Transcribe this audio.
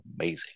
amazing